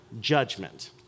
judgment